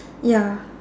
ya